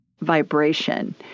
vibration